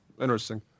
Interesting